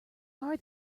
are